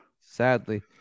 sadly